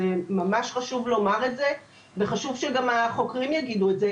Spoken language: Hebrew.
ממש חשוב לומר את זה וחשוב שגם החוקרים יגידו את זה.